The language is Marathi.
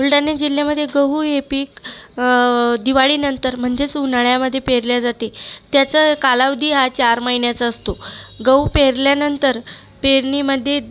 बुलढाणा जिल्ह्यामध्ये गहू हे पीक दिवाळीनंतर म्हणजेच उन्हाळ्यामध्ये पेरल्या जाते त्याचा कालावधी हा चार महिन्याचा असतो गहू पेरल्यानंतर पेरणीमध्ये